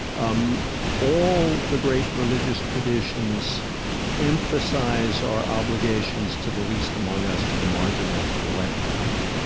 um all the great religious traditions emphasize our obligations to the least among us, to the marginal, to the left out.